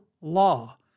law